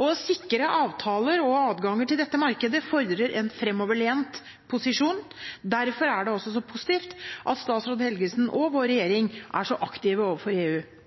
Å sikre avtaler og adganger til dette markedet fordrer en fremoverlent posisjon. Derfor er det også så positivt at statsråd Helgesen og vår regjering er så aktive overfor EU. Regjeringens strategi for samarbeidet med EU i perioden 2014–2017 viser at det er et stort samsvar mellom det som er viktig for Norge, og det som er viktig for EU.